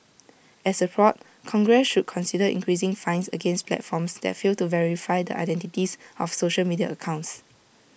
as A prod congress should consider increasing fines against platforms that fail to verify the identities of social media accounts